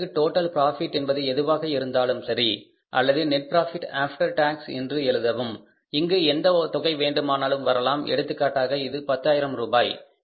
உங்களுக்கு total profit என்பது எவ்வளவாக இருந்தாலும் சரி அல்லது நெட் புரோஃபிட் ஆஃப்டர் டாக்ஸ் என்று எழுதவும் இங்கு எந்த தொகை வேண்டுமானாலும் வரலாம் எடுத்துக்காட்டாக இது பத்தாயிரம் ரூபாய்